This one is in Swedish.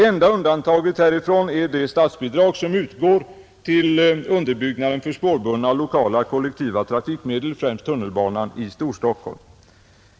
Enda undantaget är det statsbidrag som utgår till underbyggnaden för spårbundna lokala kollektiva trafikmedel, främst tunnelbanan i Storstockholm.